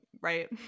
Right